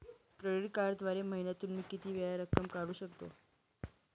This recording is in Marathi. क्रेडिट कार्डद्वारे महिन्यातून मी किती वेळा रक्कम काढू शकतो?